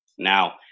Now